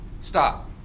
stop